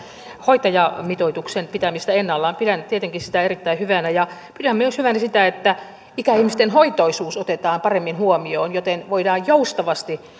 hoitajamitoituksen pitämistä ennallaan pidän tietenkin sitä erittäin hyvänä ja pidän hyvänä myös sitä että ikäihmisten hoitoisuus otetaan paremmin huomioon joten voidaan joustavasti